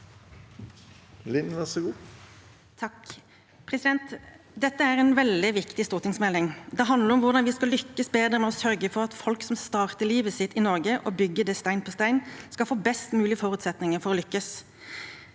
Lind (V) Dette er en veldig viktig stortingsmelding. Den handler om hvordan vi skal lykkes bedre med å sørge for at folk som starter livet sitt i Norge, og bygger det stein på stein, skal få best mulig forutsetninger for å lykkes.